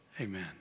Amen